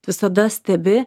visada stebi